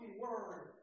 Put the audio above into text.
word